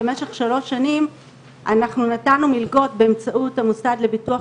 במשך שלוש שנים אנחנו נתנו מלגות באמצעות המוסד לביטוח